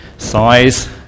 Size